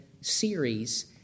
series